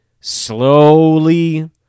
slowly